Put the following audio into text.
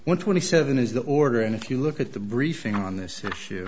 one twenty seven is the order and if you look at the briefing on this